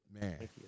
man